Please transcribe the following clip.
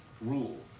rule